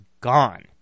gone